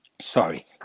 Sorry